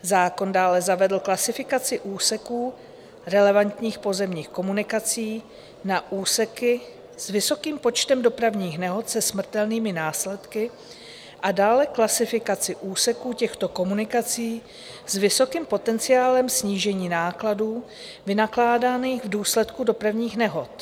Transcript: Zákon dále zavedl klasifikaci úseků relevantních pozemních komunikací na úseky s vysokým počtem dopravních nehod se smrtelnými následky a dále klasifikaci úseků těchto komunikací s vysokým potenciálem snížení nákladů, vynakládaných v důsledku dopravních nehod.